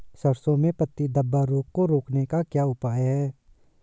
सरसों में पत्ती धब्बा रोग को रोकने का क्या उपाय है?